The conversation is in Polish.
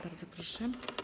Bardzo proszę.